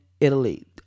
Italy